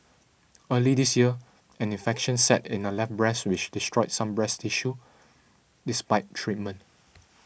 early this year an infection set in her left breast which destroyed some breast tissue despite treatment